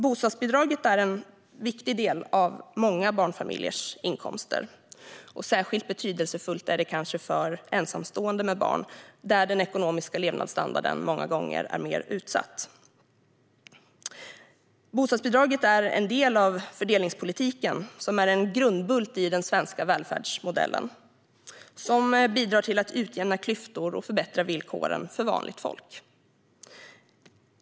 Bostadsbidraget är en viktig del av många barnfamiljers inkomster. Särskilt betydelsefullt är det kanske för ensamstående med barn, där den ekonomiska levnadsstandarden många gånger är mer utsatt. Bostadsbidragen är en del av fördelningspolitiken, som är en grundbult i den svenska välfärdsmodellen. Den bidrar till att utjämna klyftor och förbättra villkoren för vanligt folk.